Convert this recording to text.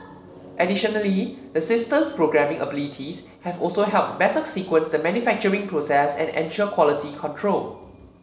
additionally the system's programming abilities have also helped better sequence the manufacturing process and ensure quality control